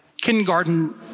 kindergarten